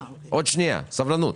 סבלנות.